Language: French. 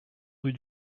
rue